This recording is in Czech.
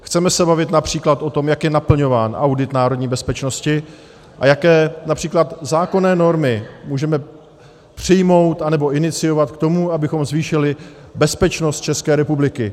Chceme se bavit například o tom, jak je naplňován audit národní bezpečnosti a jaké například zákonné normy můžeme přijmout nebo iniciovat k tomu, abychom zvýšili bezpečnost České republiky.